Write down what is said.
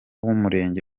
w’umurenge